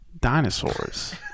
dinosaurs